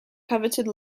coveted